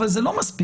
אבל לזה לא מספיק.